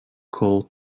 coal